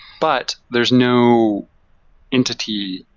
but there's no entity,